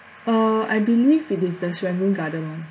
uh I believe it is the serangoon garden [one]